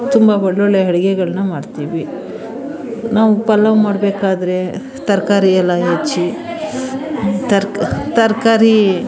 ತುಂಬ ಒಳ್ಳೊಳ್ಳೆ ಅಡುಗೆಗಳನ್ನ ಮಾಡ್ತೀವಿ ನಾವು ಪಲಾವ್ ಮಾಡಬೇಕಾದ್ರೆ ತರಕಾರಿ ಎಲ್ಲ ಹೆಚ್ಚಿ ತರ್ಕ ತರಕಾರಿ